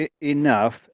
Enough